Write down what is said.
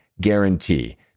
guarantee